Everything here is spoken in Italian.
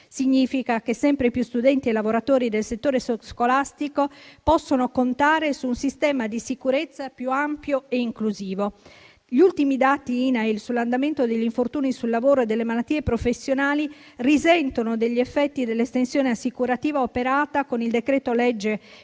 Significa che sempre più studenti e lavoratori del settore scolastico possono contare su un sistema di sicurezza più ampio e inclusivo. Gli ultimi dati INAIL sull'andamento degli infortuni sul lavoro e delle malattie professionali risentono degli effetti dell'estensione assicurativa operata con il decreto-legge